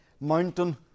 mountain